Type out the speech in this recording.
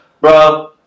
Bro